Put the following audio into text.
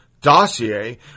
dossier